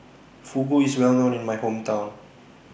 Fugu IS Well known in My Hometown